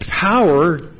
power